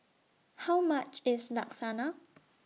How much IS Lasagna